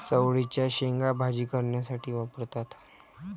चवळीच्या शेंगा भाजी करण्यासाठी वापरतात